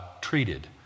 treated